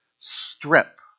strip